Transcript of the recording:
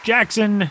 Jackson